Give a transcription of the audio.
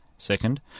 Second